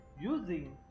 using